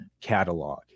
catalog